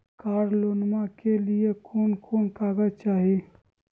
कार लोनमा के लिय कौन कौन कागज चाही?